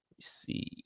see